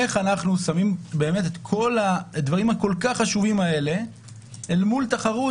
איך אנחנו שמים את כל הדברים הכל כך חשובים האלה אל מול תחרות